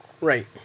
Right